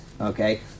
okay